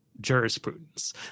jurisprudence